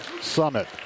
Summit